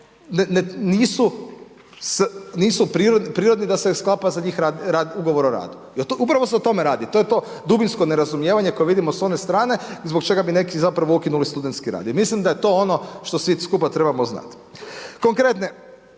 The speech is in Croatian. nisu prirodni da se sklapa za njih Ugovor o radu. Upravo se o tome radu. To je to dubinsko nerazumijevanje koje vidimo s one strane, zbog čega bi neki zapravo ukinuli studentski rad. I mislim da je to ono što svi skupa trebamo znati.